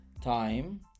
time